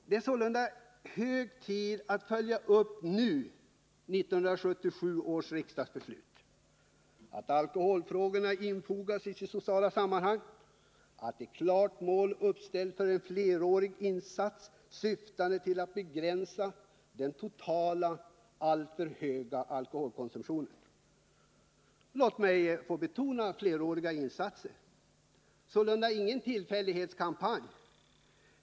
Det är sålunda nu hög tid att följa upp 1977 års riksdagsbeslut — missbruk av alko m ”att alkoholfrågorna infogas i sitt sociala sammanhang och att ett klart p.j mål uppställs för en flerårig insats syftande till att begränsa den totala, alltför höga alkoholkonsumtionen”. Låt mig få betona orden ”flerårig insats”. Det är sålunda inte någon tillfällighetskampanj.